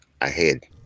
ahead